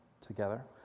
Together